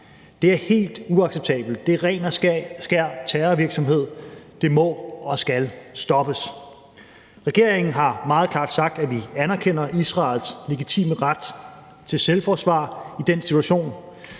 Det er helt uacceptabelt. Det er ren og skær terrorvirksomhed; det må og skal stoppes. Regeringen har meget klart sagt, at vi anerkender Israels legitime ret til selvforsvar i den situation.